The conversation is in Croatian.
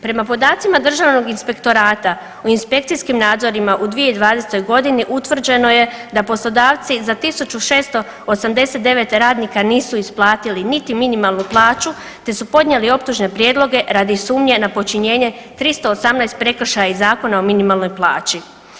Prema podacima državnog inspektorata u inspekcijskim nadzorima u 2020.g. utvrđeno je da poslodavci za 1.689 radnika nisu isplatili niti minimalnu plaću, te su podnijeli optužne prijedloge radi sumnje na počinjenje 318 prekršaja iz Zakona o minimalnoj plaći.